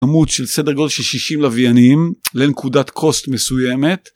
עמוד של סדר גודל של 60 לוויינים לנקודת קוסט מסוימת